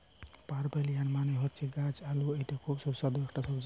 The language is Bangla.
পার্পেলিয়াম মানে হচ্ছে গাছ আলু এটা খুব সুস্বাদু একটা সবজি